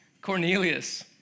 Cornelius